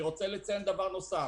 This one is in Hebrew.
אני רוצה לציין דבר נוסף